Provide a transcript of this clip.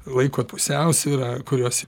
laiko pusiausvyrą kurios